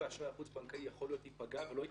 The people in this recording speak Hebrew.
האשראי החוץ-בנקאי יכול להיות שהוא ייפגע ולא יתפתח,